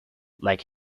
like